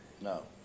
No